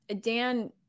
dan